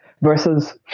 versus